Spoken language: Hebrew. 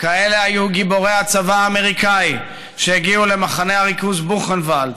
כאלה היו גיבורי הצבא האמריקני שהגיעו למחנה הריכוז בוכנוואלד.